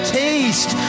taste